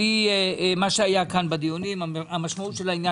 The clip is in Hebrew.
מה שהיה כאן בדיונים: המשמעות של העניין